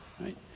right